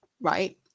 right